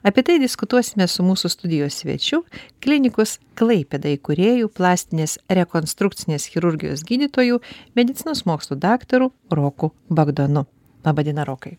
apie tai diskutuosime su mūsų studijos svečiu klinikos klaipėda įkūrėju plastinės rekonstrukcinės chirurgijos gydytoju medicinos mokslų daktaru roku bagdonu laba diena rokai